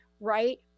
right